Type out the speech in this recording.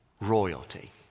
royalty